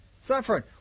Suffering